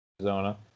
Arizona